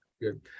good